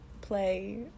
play